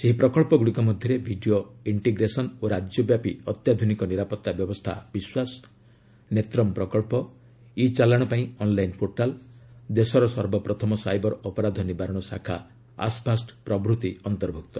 ସେହି ପ୍ରକଳ୍ପଗୁଡ଼ିକ ମଧ୍ୟରେ 'ଭିଡ଼ିଓ ଇଷ୍ଟିଗ୍ରେସନ୍ ଓ ରାଜ୍ୟବ୍ୟାପୀ ଅତ୍ୟାଧୁନିକ ନିରାପତ୍ତା ବ୍ୟବସ୍ଥା ବିଶ୍ୱାସ' 'ନେତ୍ରମ୍ ପ୍ରକଳ୍ପ' ଇ ଚାଲାଣ ପାଇଁ ଅନ୍ଲାଇନ୍ ପୋର୍ଟାଲ୍ ଦେଶର ସର୍ବପ୍ରଥମ ସାଇବର୍ ଅପରାଧ ନିବାରଣ ଶାଖା ଆଶ୍ଭାଷ୍ଟ ଅନ୍ତର୍ଭୁକ୍ତ